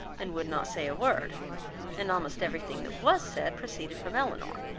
and would not say a word and almost every thing that was said, proceeded from elinor,